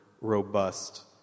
robust